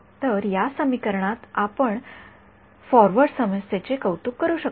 तर या समीकरणात आता आपण फॉरवर्ड समस्येचे कौतुक करू शकता